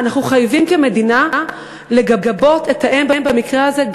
אנחנו חייבים כמדינה לגבות את האם במקרה הזה,